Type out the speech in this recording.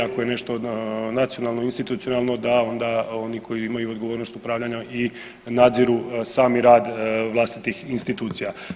Ako je nešto nacionalno, institucionalno da onda oni koji imaju odgovornost upravljanja i nadziru sami rad vlastitih institucija.